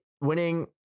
Winning